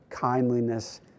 kindliness